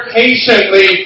patiently